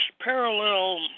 parallel